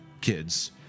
kids